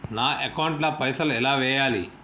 నా అకౌంట్ ల పైసల్ ఎలా వేయాలి?